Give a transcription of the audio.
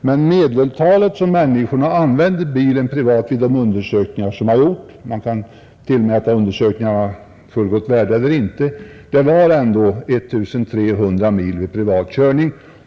De undersökningar som gjorts — man kan tillmäta dem fullgott värde eller inte — visar ändå att människor i medeltal använder bilen 1 300 mil för privat körning.